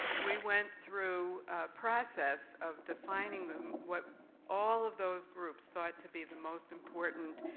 we went through a process of defining them, what all of those groups thought to be the most important